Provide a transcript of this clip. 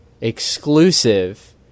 exclusive